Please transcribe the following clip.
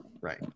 right